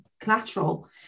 collateral